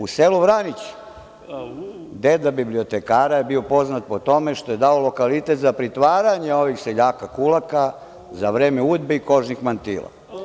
U selu Vranić, deda bibliotekara je bio poznat po tome što je davao lokalitet za pritvaranje ovih seljaka kulaka za vreme UDBA i kožnih mantila.